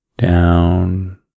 down